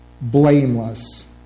blameless